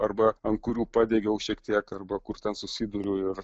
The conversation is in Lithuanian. arba ant kurių padegiau šiek tiek arba kur ten susiduriu ir